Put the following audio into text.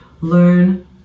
learn